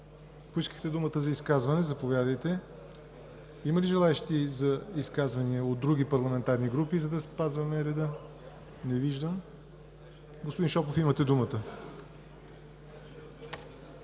поискахте думата за изказване. Заповядайте. Има ли желаещи за изказвания от други парламентарни групи, за да спазваме реда? Не виждам. Господин Шопов, имате думата.